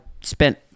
spent